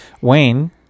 Wayne